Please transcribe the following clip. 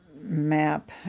map